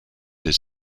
des